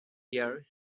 year